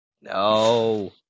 No